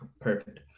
perfect